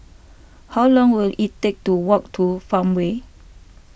how long will it take to walk to Farmway